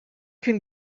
can